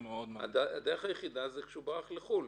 הדרך היחידה זה כשהוא ברח לחו"ל